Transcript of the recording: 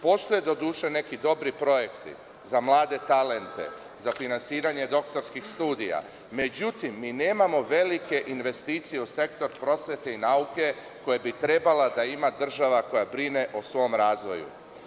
Postoje, doduše, neki dobri projekti za mlade talente, za finansiranje doktorskih studija, međutim, mi nemamo velike investicije u sektor prosvete i nauke, koje bi trebala da ima država koja brine o svom razvoju.